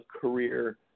career